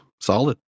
solid